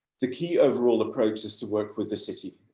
the key overall approach is to work with the city.